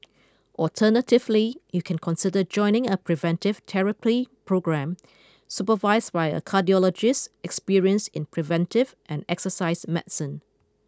alternatively you can consider joining a preventive therapy programme supervised by a cardiologist experienced in preventive and exercise medicine